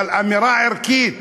אבל אמירה ערכית